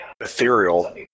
ethereal